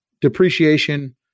depreciation